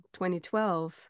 2012